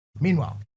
Meanwhile